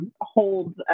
hold